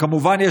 כמובן,